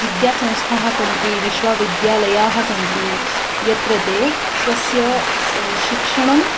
विद्यासंस्थाः सन्ति विश्वविद्यालयाः सन्ति यत्र ते स्वस्य शिक्षणं